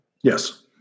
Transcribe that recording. Yes